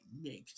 next